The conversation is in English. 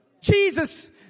Jesus